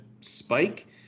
spike